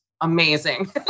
amazing